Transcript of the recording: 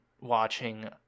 watching